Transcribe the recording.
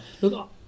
Look